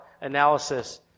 analysis